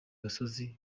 gasozi